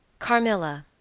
carmilla,